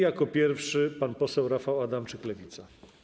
Jako pierwszy pan poseł Rafał Adamczyk, Lewica.